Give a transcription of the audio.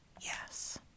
Yes